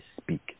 speak